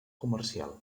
comercial